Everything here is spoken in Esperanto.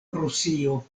rusio